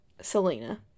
selena